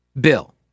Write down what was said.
bill